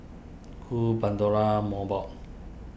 Cool Pandora Mobot